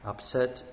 Upset